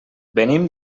venim